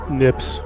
nips